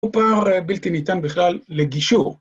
הוא פער בלתי ניתן בכלל לגישור.